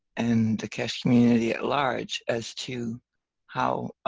and the keshe community at large, as too how,